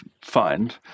find